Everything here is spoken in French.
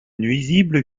nuisible